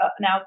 Now